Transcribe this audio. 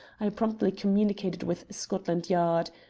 i promptly communicated with scotland yard.